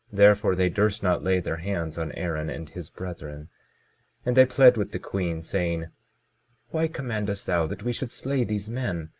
therefore they durst not lay their hands on aaron and his brethren and they pled with the queen saying why commandest thou that we should slay these men,